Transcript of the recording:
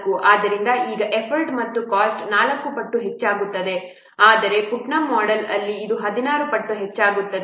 ಆದ್ದರಿಂದ ಈಗ ಎಫರ್ಟ್ ಮತ್ತು ಕಾಸ್ಟ್ 4 ಪಟ್ಟು ಹೆಚ್ಚಾಗುತ್ತದೆ ಆದರೆ ಪುಟ್ನಮ್ ಮೋಡೆಲ್ ಅಲ್ಲಿ ಇದು 16 ಪಟ್ಟು ಹೆಚ್ಚಾಗುತ್ತದೆ